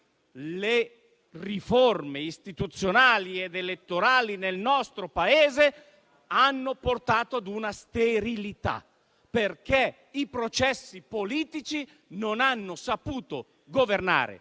le riforme istituzionali ed elettorali nel nostro Paese hanno portato ad una sterilità. I processi politici non hanno saputo governare,